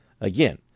again